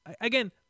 again